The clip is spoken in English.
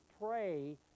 pray